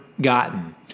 gotten